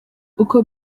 uko